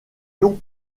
donc